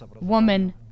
woman